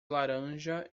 laranja